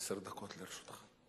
אדוני, עשר דקות לרשותך.